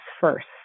first